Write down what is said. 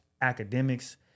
academics